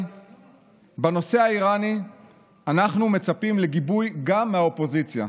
בנושא האיראני אנחנו מצפים לגיבוי גם מהאופוזיציה.